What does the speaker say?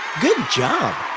good job!